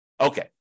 Okay